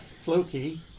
Floki